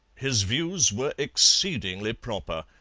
his views were exceedingly proper,